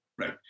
Right